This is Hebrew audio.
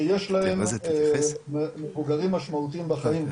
שיש להם מבוגרים משמעותיים בחיים,